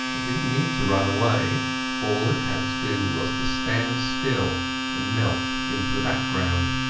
it didnat need to run away all it had to do was to stand still and melt into the background.